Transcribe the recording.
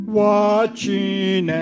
watching